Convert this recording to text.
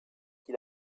qui